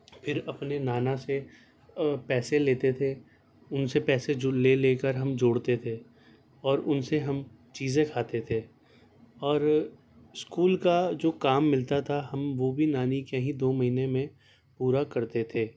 پھر اپنے نانا سے پیسے لیتے تھے ان سے پیسے جو لے لے کر ہم جوڑتے تھے اور ان سے ہم چیزیں کھاتے تھے اور اسکول کا جو کام ملتا تھا ہم وہ بھی نانی کے یہاں ہی دو مہینے میں پورا کرتے تھے